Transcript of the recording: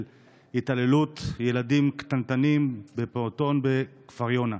התעללות בילדים קטנטנים בפעוטון בכפר יונה.